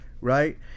right